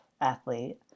athlete